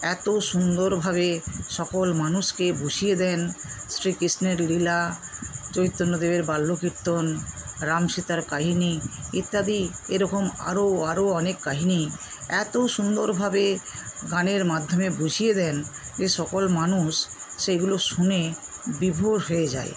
এত সুন্দরভাবে সকল মানুষকে বসিয়ে দেন শ্রীকৃষ্ণের লীলা চৈতন্যদেবের বাল্য কীর্তন রাম সীতার কাহিনি ইত্যাদি এরকম আরো আরো অনেক কাহিনি এত সুন্দরভাবে গানের মাধ্যমে বুঝিয়ে দেন যে সকল মানুষ সেগুলো শুনে বিভোর হয়ে যায়